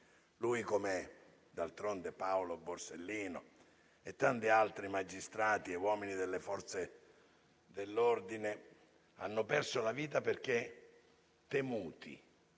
Lui come d'altronde Paolo Borsellino e tanti altri magistrati e uomini delle Forze dell'ordine hanno perso la vita perché temuti